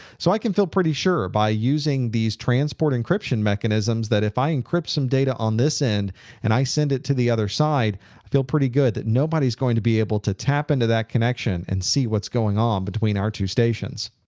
so i can feel pretty sure by using these transport encryption mechanisms that if i encrypt some data on this end and i send it to the other side, i feel pretty good that nobody's going to be able to tap into that connection and see what's going on between our two stations.